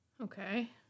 Okay